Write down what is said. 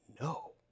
no